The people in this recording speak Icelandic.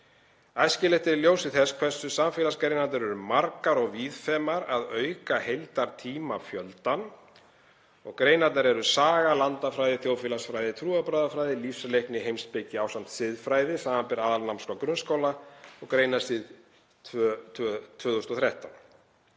Æskilegt er í ljósi þess hversu samfélagsgreinarnar eru margar og víðfeðmar að auka heildartímafjöldann. Greinarnar eru saga, landafræði, þjóðfélagsfræði, trúarbragðafræði, lífsleikni, heimspeki ásamt siðfræði, sbr. aðalnámskrá grunnskóla, greinasvið 2013.